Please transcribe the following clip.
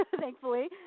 thankfully